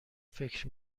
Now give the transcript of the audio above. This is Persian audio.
فکر